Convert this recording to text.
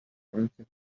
آنچه